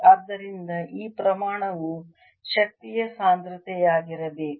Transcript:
ಆದ್ದರಿಂದ ಈ ಪ್ರಮಾಣವು ಶಕ್ತಿಯ ಸಾಂದ್ರತೆಯಾಗಿರಬೇಕು